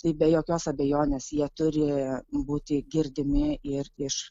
tai be jokios abejonės jie turi būti girdimi ir iš